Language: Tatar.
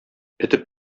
этеп